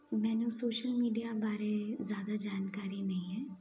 ਮੈਨੂੰ social media ਬਾਰੇ ਜ਼ਿਆਦਾ ਜਾਣਕਾਰੀ ਨਹੀਂ ਹੈ